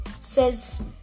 says